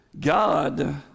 God